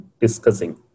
discussing